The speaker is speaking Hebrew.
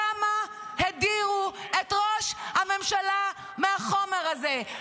למה הדירו את ראש הממשלה מהחומר הזה?